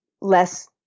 less